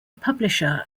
publisher